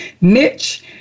niche